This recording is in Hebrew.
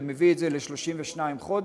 זה מביא את זה ל-32 חודש,